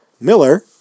Miller